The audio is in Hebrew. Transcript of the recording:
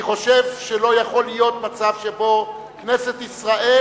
אני חושב שלא יכול להיות מצב שבו כנסת ישראל